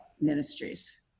Ministries